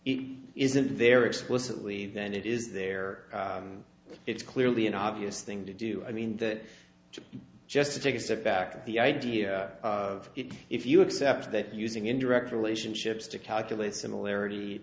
it isn't there explicitly that it is there it's clearly an obvious thing to do i mean that just to take a step back to the idea of it if you accept that using indirect relationships to calculate similarity